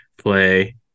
play